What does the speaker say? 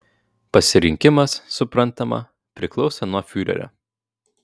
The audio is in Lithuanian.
pasirinkimas suprantama priklausė nuo fiurerio